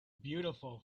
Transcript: beautiful